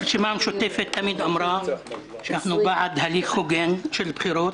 הרשימה המשותפת תמיד אמרה שאנחנו בעד הליך הוגן של בחירות